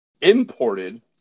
imported